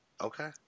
Okay